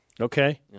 Okay